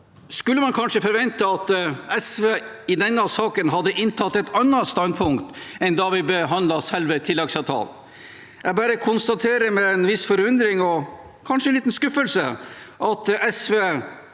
skulle man kanskje forvente at SV i denne saken hadde inntatt et annet standpunkt enn da vi behandlet selve tilleggsavtalen. Jeg bare konstaterer med en viss forundring og kanskje litt skuffelse at SV